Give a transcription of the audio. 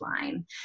line